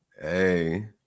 Hey